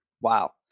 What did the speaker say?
Wow